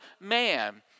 man